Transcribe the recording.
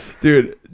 dude